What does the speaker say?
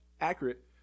accurate